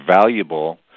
valuable